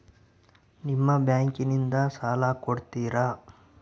ನಿಮ್ಮ ಬ್ಯಾಂಕಿನಿಂದ ಸಾಲ ಕೊಡ್ತೇರಾ?